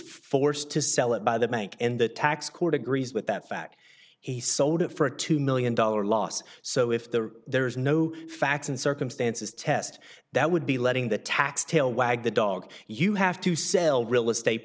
forced to sell it by the bank and the tax court agrees with that fact he sold it for a two million dollars loss so if there there is no facts and circumstances test that would be letting the tax tail wag the dog you have to sell real estate